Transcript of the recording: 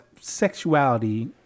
sexuality